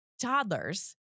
Toddlers